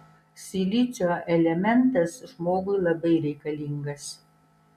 silicio elementas žmogui labai reikalingas